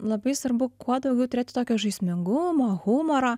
labai svarbu kuo daugiau turėti tokio žaismingumo humoro